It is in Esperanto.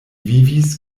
vivis